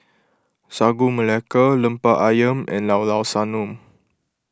Sagu Melaka Lemper Ayam and Llao Llao Sanum